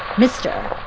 mister?